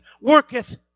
worketh